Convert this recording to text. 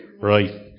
Right